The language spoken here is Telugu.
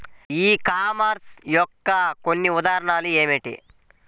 ఈ కామర్స్ యొక్క కొన్ని ఉదాహరణలు ఏమిటి?